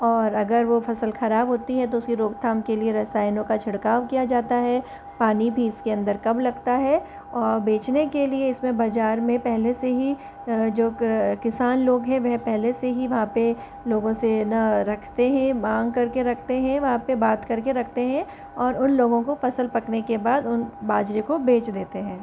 और अगर वो फ़सल खराब होती है तो उसकी रोकथाम के लिए रसायनों का छिड़काव किया जाता है पानी भी इसके अंदर कम लगता है और बेचने के लिए इसमें बज़ार में पहले से ही जो किसान लोग हैं वह पहले से ही वहाँ पे लोगों से ना रखते हैं मांग करके रखते हैं वहाँ पे बात करके रखते हैं और उन लोगों को फ़सल पकने के बाद उन बाजरे को बेच देते हैं